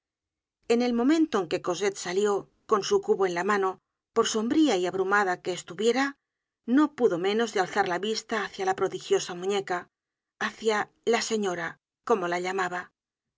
en el momento en que cosette salió con su cubo en la mano por sombría y abrumada que estuviera no pudo menos de alzar la vista hácia la prodigiosa muñeca hácia la señora como la llamaba